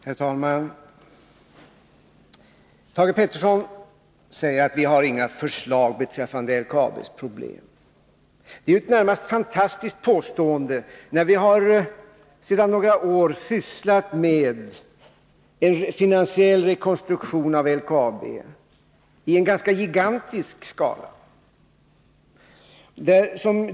Herr talman! Thage Peterson säger att vi inte har några förslag beträffande LKAB:s problem. Det är ett närmast fantastiskt påstående, eftersom vi sedan några år tillbaka har sysslat med en finansiell rekonstruktion av LKAB i en ganska gigantisk skala.